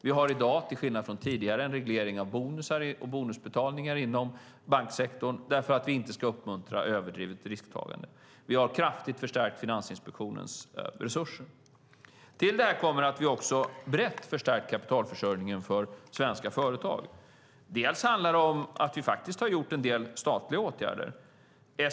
Vi har i dag, till skillnad från tidigare, en reglering av bonusar och bonusbetalningar inom banksektorn därför att vi inte ska uppmuntra överdrivet risktagande. Vi har även kraftigt förstärkt Finansinspektionens resurser. Till detta kommer att vi brett har förstärkt kapitalförsörjningen för svenska företag. Vi har vidtagit en del statliga åtgärder.